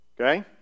Okay